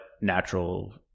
natural